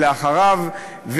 לאחריו,